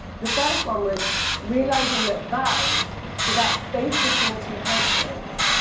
the first one was realizing that vowels, so that space between two consonants.